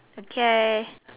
okay